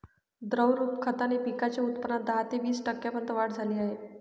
द्रवरूप खताने पिकांच्या उत्पादनात दहा ते वीस टक्क्यांपर्यंत वाढ झाली आहे